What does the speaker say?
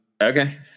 Okay